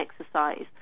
exercise